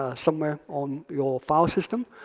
ah somewhere on your file system,